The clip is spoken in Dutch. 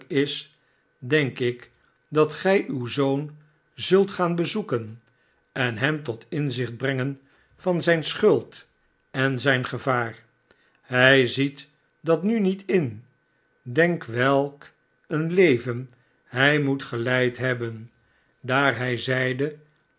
is denk ik dat gij uw zoon zult gaan bezoeken en hem tot inzicht brengen van zijne schuld en zijn gevaar hij ziet dat nu niet in denk welk een leven hij moet geleid hebben daar hij zeide